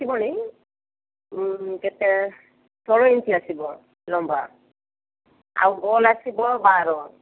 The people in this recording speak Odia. ଆସିବନି କେତେ ଷୋହଳ ଇଞ୍ଚ ଆସିବ ଲମ୍ବା ଆଉ ଗୋଲ ଆସିବ ବାର